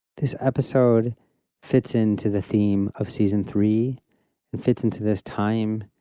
this episode fits into the theme of season three and fits into this time,